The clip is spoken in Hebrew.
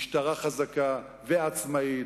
משטרה חזקה ועצמאית.